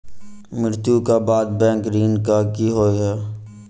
मृत्यु कऽ बाद बैंक ऋण कऽ की होइ है?